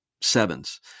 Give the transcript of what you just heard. sevens